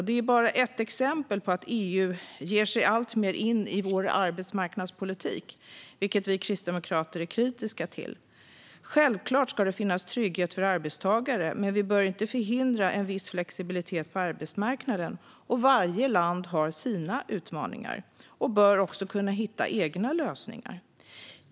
Det är bara ett exempel på att EU alltmer ger sig in i vår arbetsmarknadspolitik, vilket vi kristdemokrater är kritiska till. Självklart ska det finnas trygghet för arbetstagare, men vi bör inte förhindra en viss flexibilitet på arbetsmarknaden. Varje land har sina utmaningar och bör också kunna hitta egna lösningar.